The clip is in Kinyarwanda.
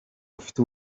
ufite